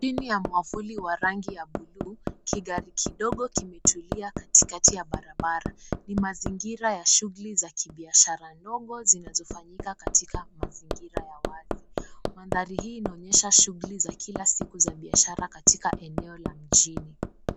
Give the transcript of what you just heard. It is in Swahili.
Chini ya mwavuli wa rangi ya buluu, gari kidogo kimetulia katikati ya barabara, ni mazingira ya shughuli za kibiashara ndogo zinazofanyika katika mazingira ya wazi. Mandhari hii inaonyesha shughuli za kila siku za biashara katika eneo la mjini.